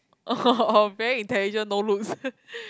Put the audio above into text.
or very intelligent no looks